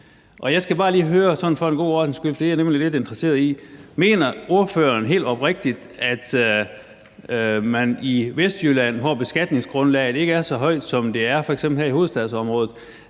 er jeg nemlig lidt interesseret i – om ordføreren helt oprigtigt mener, at man i Vestjylland, hvor beskatningsgrundlaget ikke er så højt, som det er her i f.eks. hovedstadsområdet,